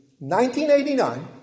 1989